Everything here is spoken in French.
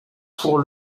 pour